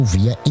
Via